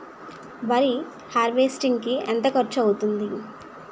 వరి హార్వెస్టింగ్ కి ఎంత ఖర్చు అవుతుంది?